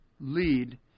lead